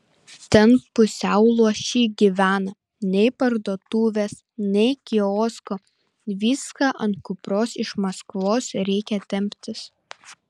ten pusiau luoši gyvena nei parduotuvės nei kiosko viską ant kupros iš maskvos reikia temptis